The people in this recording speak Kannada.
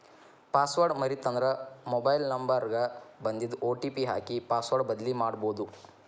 ಪಾಸ್ವರ್ಡ್ ಮರೇತಂದ್ರ ಮೊಬೈಲ್ ನ್ಂಬರ್ ಗ ಬನ್ದಿದ್ ಒ.ಟಿ.ಪಿ ಹಾಕಿ ಪಾಸ್ವರ್ಡ್ ಬದ್ಲಿಮಾಡ್ಬೊದು